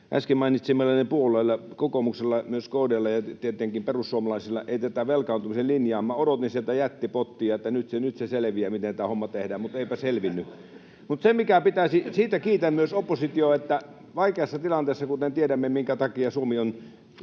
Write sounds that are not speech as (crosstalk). äsken mainitsemallani puolueella, kokoomuksella, ja myös KD:llä ja tietenkin perussuomalaisilla ei tätä velkaantumisen linjaa... Minä odotin sieltä jättipottia, että nyt se selviää, miten tämä homma tehdään, mutta eipä selvinnyt. (laughs) Siitä kiitän myös oppositiota, että kun tiedämme, minkä takia Suomi on